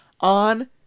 on